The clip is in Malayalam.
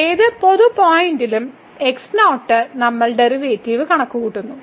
ഏത് പൊതു പോയിന്റിലും x0 നമ്മൾ ഡെറിവേറ്റീവ് കണക്കുകൂട്ടുന്നു